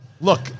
Look